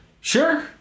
sure